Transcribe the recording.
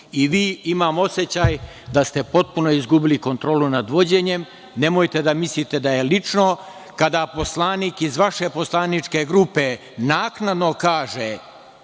Vi imam osećaj da ste vi potpuno izgubili kontrolu nad vođenjem. Nemojte da mislite da je lično. Kada poslanik iz vaše poslaničke grupe naknadno kaže